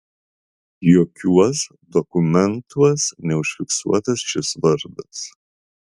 jokiuos dokumentuos neužfiksuotas šis vardas